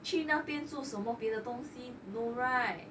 去那边做什么别的东西 no right